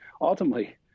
Ultimately